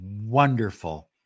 wonderful